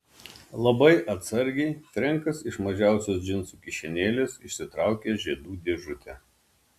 labai atsargiai frenkas iš mažiausios džinsų kišenėlės išsitraukė žiedų dėžutę